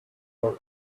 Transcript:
our